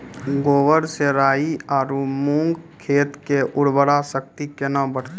गोबर से राई आरु मूंग खेत के उर्वरा शक्ति केना बढते?